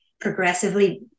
progressively